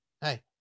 Hey